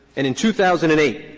and in two thousand and eight,